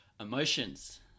emotions